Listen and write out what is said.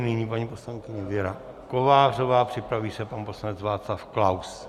Nyní paní poslankyně Věra Kovářová, připraví se pan poslanec Václav Klaus.